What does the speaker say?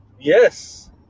Yes